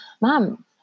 mom